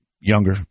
younger